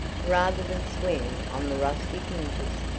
rather than swing on the rusty hinges.